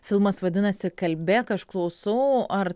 filmas vadinasi kalbėk aš klausau ar